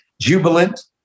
jubilant